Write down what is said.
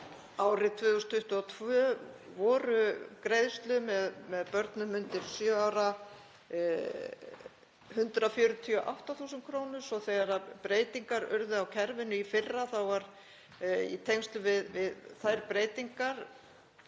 Árið 2022 voru greiðslur með börnum undir sjö ára 148.000 kr. Svo þegar breytingar urðu á kerfinu í fyrra var, í tengslum við þær breytingar,